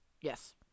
Yes